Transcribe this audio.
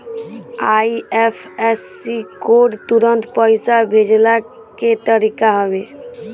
IFSC code तुरंत पईसा भेजला के तरीका हवे